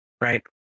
right